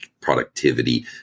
productivity